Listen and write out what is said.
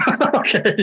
Okay